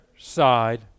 side